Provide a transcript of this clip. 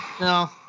no